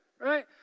right